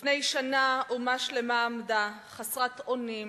לפני שנה אומה שלמה עמדה חסרת אונים